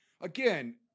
again